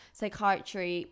psychiatry